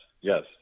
yes